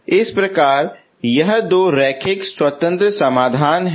इस प्रकार ये दो रैखिक स्वतंत्र समाधान हैं